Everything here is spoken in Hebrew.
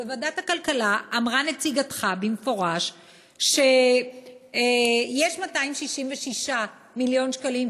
בוועדת הכלכלה אמרה נציגתך במפורש שיש 266 מיליון שקלים,